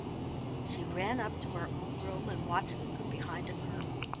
she ran up to her own room and watched them from behind a curtain.